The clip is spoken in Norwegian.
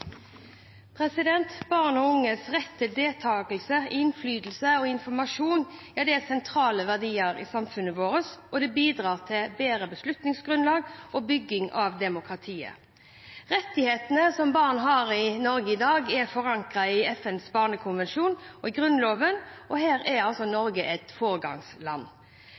løsning. Barn og unges rett til deltakelse, innflytelse og informasjon er sentrale verdier i samfunnet vårt og bidrar til bedre beslutningsgrunnlag og bygging av demokratiet. Rettighetene som barn har i Norge i dag, er forankret i FNs barnekonvensjon og i Grunnloven, og her er Norge et foregangsland.